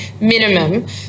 minimum